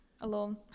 alone